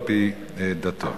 על-פי דתו.